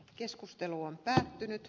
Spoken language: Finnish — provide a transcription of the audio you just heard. keskustelu on päättynyt